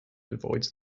avoids